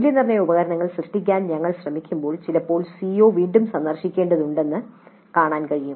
മൂല്യനിർണ്ണയ ഉപകരണങ്ങൾ സൃഷ്ടിക്കാൻ ഞങ്ങൾ ശ്രമിക്കുമ്പോൾ ചിലപ്പോൾ സിഒ വീണ്ടും സന്ദർശിക്കേണ്ടതുണ്ടെന്ന് കാണാൻ കഴിയും